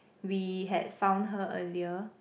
we had found her earlier